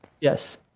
Yes